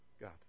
God